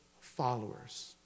followers